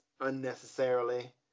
unnecessarily